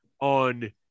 on